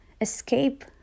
escape